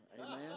amen